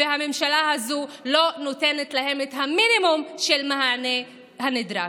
והממשלה הזו לא נותנת את המינימום של המענה הנדרש.